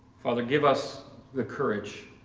father, give us the courage